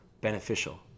beneficial